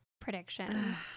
predictions